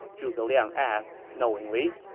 zhuge liang asked knowingly.